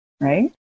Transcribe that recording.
Right